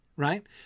Right